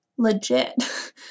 Legit